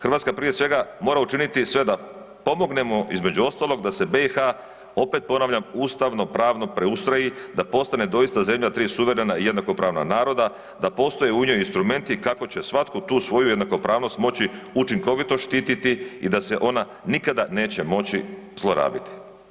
Hrvatska prije svega mora učiniti sve da pomognemo između ostalog da se BiH opet ponavljam ustavno pravno preustroji da postane zemlja tri suverena i jednakopravna naroda, da postoje u njoj instrumenti kako će svatko tu svoju jednakopravnost moći učinkovito štititi i da se ona nikada neće moći zlorabiti.